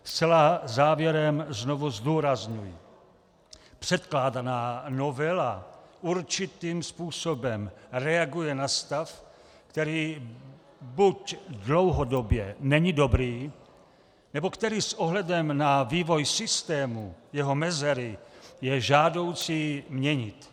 Zcela závěrem znovu zdůrazňuji: předkládaná novela určitým způsobem reaguje na stav, který buď dlouhodobě není dobrý nebo který s ohledem na vývoj systému, jeho mezery, je žádoucí měnit.